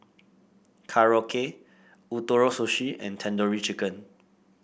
Korokke Ootoro Sushi and Tandoori Chicken